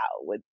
wow